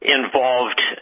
involved